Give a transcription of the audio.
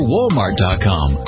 Walmart.com